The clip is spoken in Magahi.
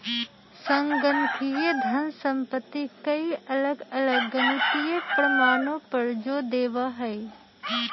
संगणकीय धन संपत्ति कई अलग अलग गणितीय प्रमाणों पर जो देवा हई